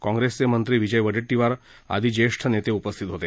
काँग्रेसचे मंत्री विजय वडेट्टीवार आदी ज्येष्ठ नेते उपस्थित होते